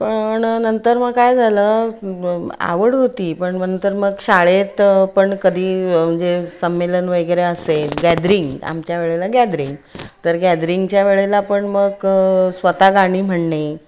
पण नंतर मग काय झालं आवड होती पण नंतर मग शाळेत पण कधी म्हणजे संमेलन वगैरे असेल गॅदरिंग आमच्या वेळेला गॅदरिंग तर गॅदरिंगच्या वेळेला पण मग स्वत गाणी म्हणणे